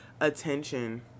attention